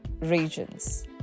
regions